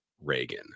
reagan